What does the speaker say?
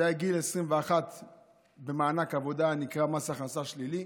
זה גיל 21 במענק עבודה הנקרא מס הכנסה שלילי,